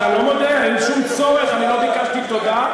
אתה לא מודה, אין שום צורך, אני לא ביקשתי תודה.